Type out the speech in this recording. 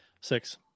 six